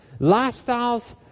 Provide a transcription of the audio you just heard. lifestyles